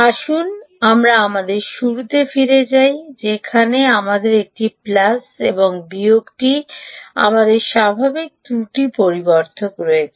আসুন আমরা আমাদের শুরুতে ফিরে যাই যেখানে আমাদের একটি প্লাস এবং বিয়োগটি আমাদের স্বাভাবিক ত্রুটি পরিবর্ধক রয়েছে